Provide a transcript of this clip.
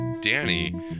Danny